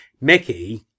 Mickey